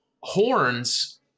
Horns